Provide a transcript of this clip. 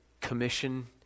commission